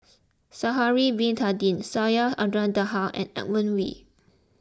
Sha'ari Bin Tadin Syed Abdulrahman Taha and Edmund Wee